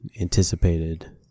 anticipated